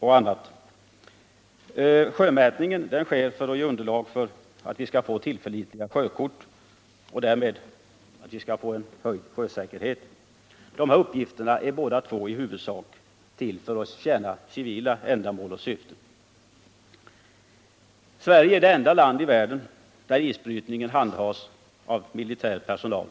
Sjömätningen sker för att ge underlag för framställningen av tillförlitliga sjökort och därmed möjliggöra större sjösäkerhet. Dessa båda uppgifter är i huvudsak till för att tjäna civila ändamål. Sverige är det enda land i världen där isbrytningen handhas av militär personal.